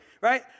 right